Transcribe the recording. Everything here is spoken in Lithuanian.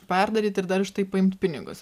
perdaryt ir dar už tai paimt pinigus